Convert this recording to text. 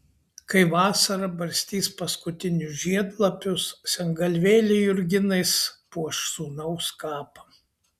kai vasara barstys paskutinius žiedlapius sengalvėlė jurginais puoš sūnaus kapą